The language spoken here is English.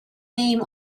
name